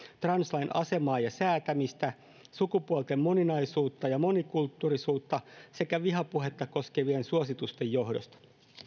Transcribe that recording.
translain asemaa ja säätämistä sukupuolten moninaisuutta ja monikulttuurisuutta sekä vihapuhetta koskevien suositusten johdosta